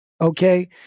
okay